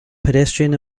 pedestrian